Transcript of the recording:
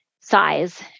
size